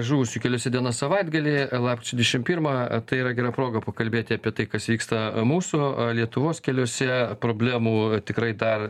žuvusių keliuose diena savaitgalį lapkričio dvidešim pirmą tai yra gera proga pakalbėti apie tai kas vyksta mūsų lietuvos keliuose problemų tikrai dar